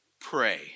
pray